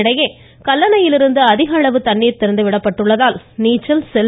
இதனிடையே கல்லணையிலிருந்து அதிக அளவு தண்ணீர் திறந்துவிடப்படுவதால் நீச்சல் செல்